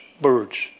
birds